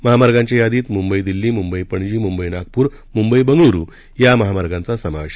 महामार्गांच्या यादीत मुंबई दिल्ली मुंबई पणजी मुंबई नागपूर मुंबई बंगळरु या महामार्गांचा समावेश आहे